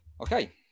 Okay